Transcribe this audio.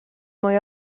mwy